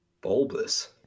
bulbous